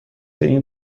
این